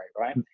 right